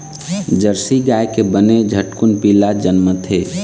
Jersey गाय के बने झटकुन पिला जनमथे